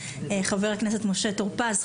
חבר הכנסת משה טור פז,